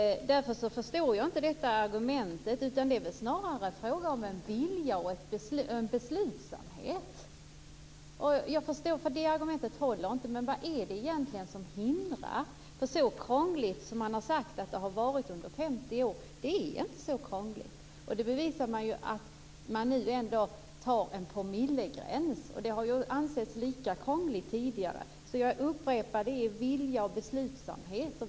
Därför förstår jag inte Göran Norlanders argument, och det håller inte. Det är snarare fråga om vilja och beslutsamhet. Vad finns det för hinder? Det är inte så krångligt som man har sagt att det har varit under 50 år. Det bevisar ju detta att man nu tar en promillegräns, som tidigare har ansetts lika krångligt. Jag upprepar att det krävs vilja och beslutsamhet.